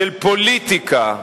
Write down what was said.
של פוליטיקה,